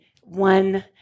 one